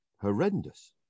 horrendous